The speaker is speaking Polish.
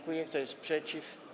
Kto jest przeciw?